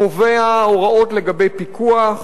קובע הוראות לגבי פיקוח,